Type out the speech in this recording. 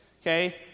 okay